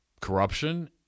corruption